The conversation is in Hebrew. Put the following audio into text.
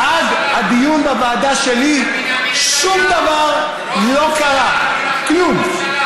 כי עד הדיון בוועדה שלי שום דבר לא קרה, כלום.